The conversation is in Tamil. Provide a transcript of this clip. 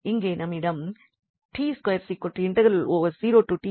இங்கே நம்மிடம் உள்ளது